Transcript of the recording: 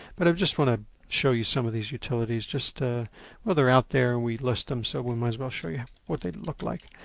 but i just want to show you some of these utilities. just a well, they are out there and we list em, so we might as well show you what they look like.